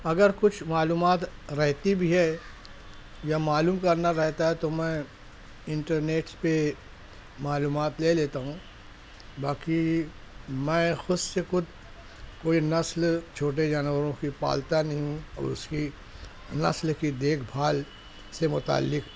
اگر کچھ معلومات رہتی بھی ہے یا معلوم کرنا رہتا ہے تو میں انٹر نیٹس پہ معلومات لے لیتا ہوں باقی میں خود سے کچھ کوئی نسل چھوٹے جانوروں کی پالتا نہیں ہوں اور اس کی نسل کی دیکھ بھال سے متعلق